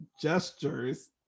gestures